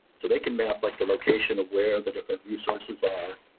so they can map like the location of where the different resources are,